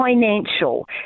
financial